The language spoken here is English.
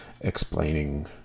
explaining